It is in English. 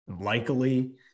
likely